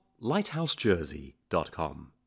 lighthousejersey.com